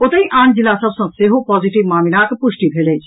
ओतहि आन जिला सभ सँ सेहो पॉजिटिव मामिलाक पुष्टि भेल अछि